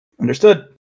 Understood